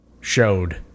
showed